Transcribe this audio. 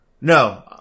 No